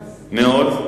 מאוד.